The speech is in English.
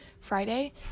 Friday